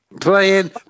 Playing